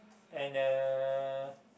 and uh